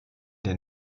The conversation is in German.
der